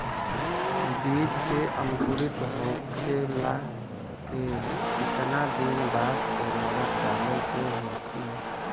बिज के अंकुरित होखेला के कितना दिन बाद उर्वरक डाले के होखि?